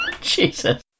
Jesus